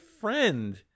friend